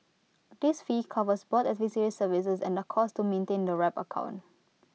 this fee covers both advisory services and the costs to maintain the wrap account